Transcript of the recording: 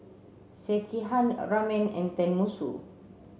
Sekihan a Ramen and Tenmusu